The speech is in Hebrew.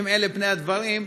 אם אלה פני הדברים,